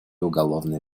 уголовное